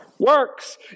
works